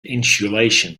insulation